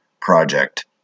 project